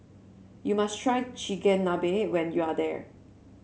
you must try Chigenabe when you are there